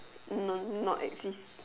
no not exist